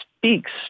speaks